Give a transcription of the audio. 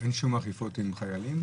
אין שם אכיפות עם חיילים?